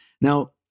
Now